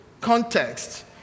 context